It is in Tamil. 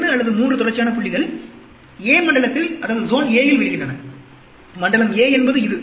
2 அல்லது 3 தொடர்ச்சியான புள்ளிகள் a மண்டலத்தில் விழுகின்றன மண்டலம் a என்பது இது